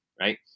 right